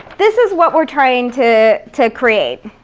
this is what we're trying to to create.